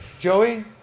Joey